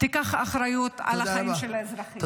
תיקח אחריות על החיים של האזרחים.